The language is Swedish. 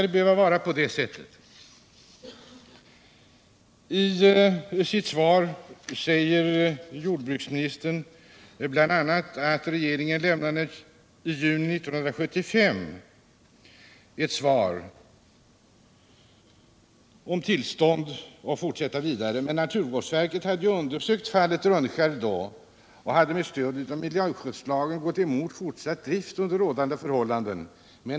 I sitt svar säger jordbruksministern bl.a.: ”Regeringen lämnade i juni 1975 tillstånd enligt miljöskyddslagen till verksamheten vid Rönnskärsverken.” Men naturvårdsverket hade ju undersökt fallet Rönnskär och hade med stöd av miljöskyddslagen gått emot fortsatt drift under rådande förhållanden.